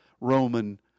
Roman